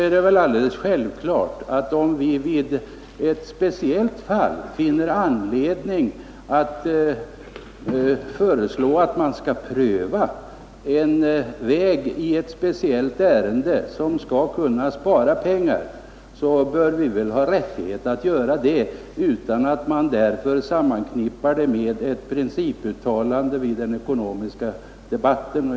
Däremot är det alldeles självklart att om vi finner anledning föreslå att man skall pröva en väg i ett speciellt ärende för att spara pengar bör vi ha rättighet att göra det utan att man därför sammanknippar det med ett principuttalande i den ekonomiska debatten.